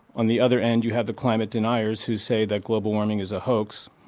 on the other end you have the climate deniers who say that global warming is a hoax,